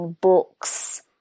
books